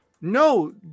no